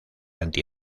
anti